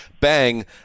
bang